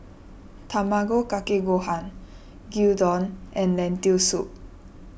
Tamago Kake Gohan Gyudon and Lentil Soup